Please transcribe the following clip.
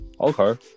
Okay